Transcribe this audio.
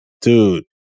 dude